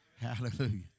Hallelujah